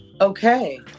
okay